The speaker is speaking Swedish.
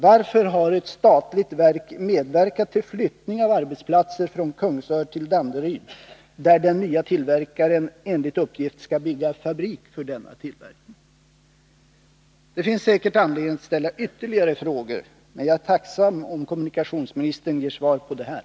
Varför har ett statligt verk medverkat till flyttning av arbetsplatser från Kungsör till Danderyd, där den nya tillverkaren enligt uppgift skall bygga fabrik för denna tillverkning? Det finns säkert anledning att ställa ytterligare frågor, men jag är tacksam om kommunikationsministern ger svar på dessa.